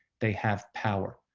they have power.